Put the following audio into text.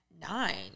nine